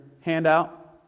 handout